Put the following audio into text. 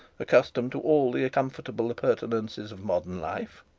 accustomed to all the comfortable appurtenances of modern life.